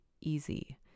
easy